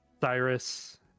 Cyrus